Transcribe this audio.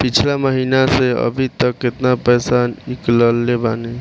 पिछला महीना से अभीतक केतना पैसा ईकलले बानी?